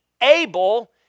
able